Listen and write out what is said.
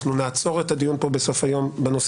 אנחנו נעצור את הדיון בסוף היום בנושא